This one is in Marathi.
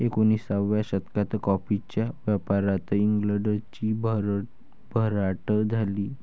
एकोणिसाव्या शतकात कॉफीच्या व्यापारात इंग्लंडची भरभराट झाली